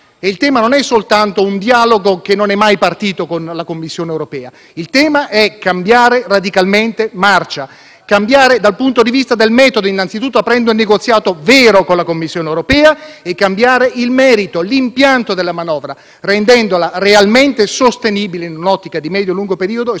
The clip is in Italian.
Il tema non è soltanto un dialogo, che non è mai partito, con la Commissione europea: il tema è cambiare radicalmente marcia, innanzitutto dal punto di vista del metodo, aprendo un negoziato vero con la Commissione europea, e poi del merito, cambiando l'impianto della manovra, rendendola realmente sostenibile in un'ottica di medio e lungo periodo e